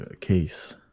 case